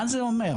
ומה זה אומר?